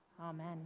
Amen